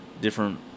different